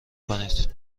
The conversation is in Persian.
کنید